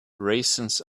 raisins